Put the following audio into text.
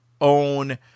own